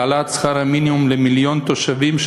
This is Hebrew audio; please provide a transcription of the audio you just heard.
להעלאת שכר המינימום למיליון תושבים,